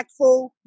impactful